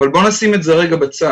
אבל בוא נשים את זה רגע בצד.